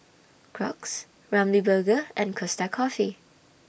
Crocs Ramly Burger and Costa Coffee